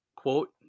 Quote